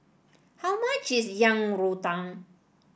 how much is Yang Rou Tang